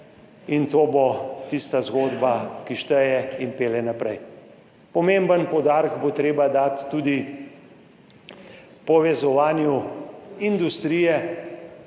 in to bo tista zgodba, ki šteje in pelje naprej. Pomemben poudarek bo treba dati tudi povezovanju industrije